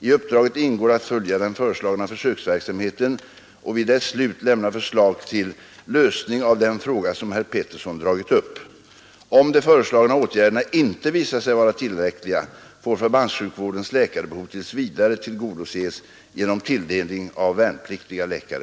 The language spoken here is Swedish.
I uppdraget ingår att följa den föreslagna försöksverksamheten och vid dess slut lämna förslag till lösning av den fråga som herr Petersson dragit upp. Om de föreslagna åtgärderna inte visar sig vara tillräckliga får förbandssjukvårdens läkarbehov tills vidare tillgodoses genom tilldelning av värnpliktiga läkare.